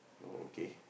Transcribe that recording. oh okay